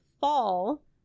fall